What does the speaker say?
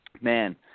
Man